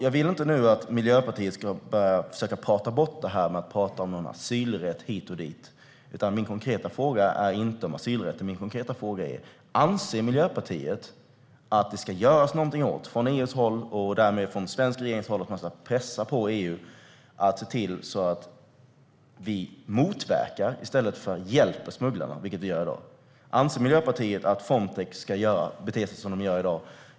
Jag vill inte att Miljöpartiet nu ska försöka prata bort detta genom att prata om asylrätt hit och dit. Min konkreta fråga handlar inte om asylrätten. Min konkreta fråga är: Anser Miljöpartiet att det från EU:s håll, och därmed från svensk regerings håll, ska göras någonting åt detta? Ska man pressa på EU för att se till att motverka smugglarna i stället för att hjälpa dem, som vi gör i dag? Anser Miljöpartiet att Frontex ska bete sig som man gör i dag?